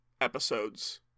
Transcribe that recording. episodes